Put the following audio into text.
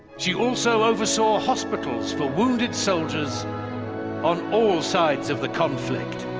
she also oversaw hospitals for wounded soldiers on all sides of the conflict.